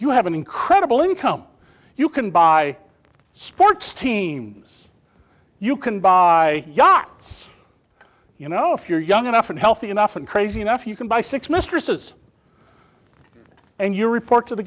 you have an incredible income you can buy sports teams you can buy yachts you know if you're young enough and healthy enough and crazy enough you can buy six mistresses and you report t